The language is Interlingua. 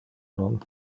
non